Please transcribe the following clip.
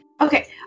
Okay